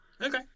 Okay